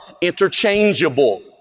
interchangeable